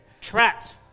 Trapped